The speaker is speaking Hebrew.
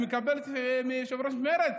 אני מקבל מיושב-ראש מרצ